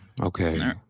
Okay